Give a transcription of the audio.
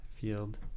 field